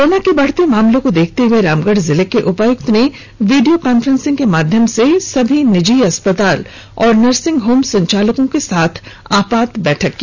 corona के बढ़ते मामलों को देखते हुए रामगढ़ जिले के उपायुक्त ने वीडियो कॉन्फ्रेंसिंग के माध्यम से सभी निजी अस्पताल और नर्सिंग होम संचालकों के साथ आपात बैठक की